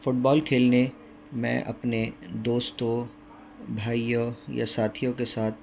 fit بال کھیلنے میں اپنے دوستوں بھائیوں یا ساتھیوں کے ساتھ